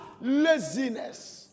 laziness